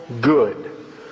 good